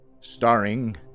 Starring